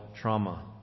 trauma